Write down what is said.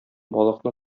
балыкны